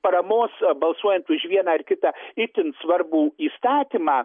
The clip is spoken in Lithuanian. paramos balsuojant už vieną ar kitą itin svarbų įstatymą